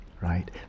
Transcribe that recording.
right